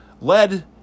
led